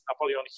Napoleon